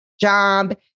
job